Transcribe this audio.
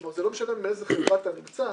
כלומר, זה לא משנה באיזה חברה אתה נמצא,